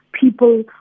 people